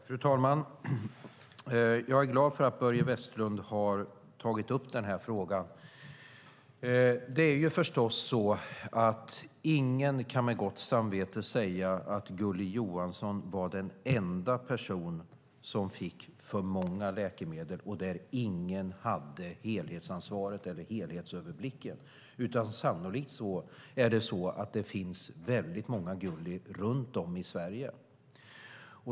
Fru talman! Jag är glad att Börje Vestlund har tagit upp denna fråga. Ingen kan med gott samvete säga att Gulli Johansson var den enda person som fick för många läkemedel och där ingen hade helhetsansvaret eller hela överblicken, utan sannolikt finns det många Gulli runt om i Sverige.